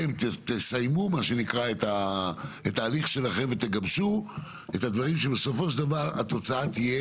תסיימו את ההליך שלכם ותגבשו את הדברים כך שבסופו של דבר תהיה